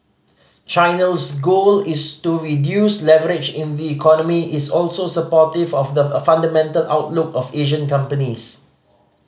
China's goal is to reduce leverage in the economy is also supportive of the fundamental outlook of Asian companies